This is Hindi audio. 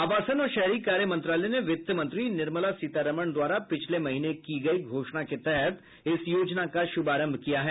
आवासन और शहरी कार्य मंत्रालय ने वित्त मंत्री निर्मला सीतारामन द्वारा पिछले महीने की गई घोषणा के तहत इस योजना का शुभारम्भ किया है